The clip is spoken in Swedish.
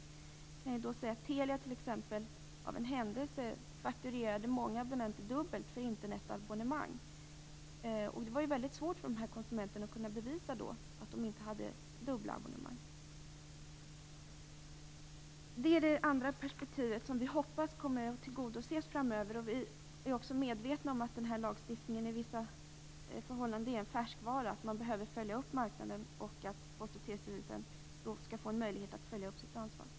Jag kan nämna som exempel att Telia av en händelse fakturerade många abonnenter dubbelt för Internetabonnemang. Det var då väldigt svårt för dessa konsumenter att bevisa att de inte hade dubbla abonnemang. Det är det andra perspektivet som vi hoppas kommer att beaktas framöver. Vi är också medvetna om att den här lagstiftningen i vissa avseenden är en färskvara. Man behöver följa upp marknaden, samtidigt som Post och telestyrelsen bör få möjlighet att följa upp sitt ansvar.